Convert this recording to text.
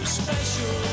special